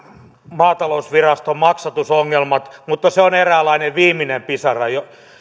maatalousviraston maksatusongelmat mutta se on eräänlainen viimeinen pisara